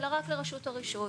אלא רק לרשות הרישוי.